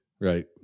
Right